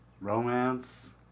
romance